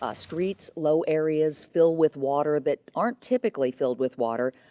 ah streets, low areas fill with water that aren't typically filled with water.